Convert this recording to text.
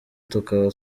tukaba